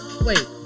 Wait